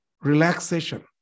relaxation